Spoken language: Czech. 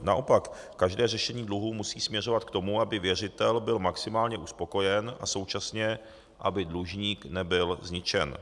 Naopak, každé řešení dluhů musí směřovat k tomu, aby věřitel byl maximálně uspokojen a současně aby dlužník nebyl zničen.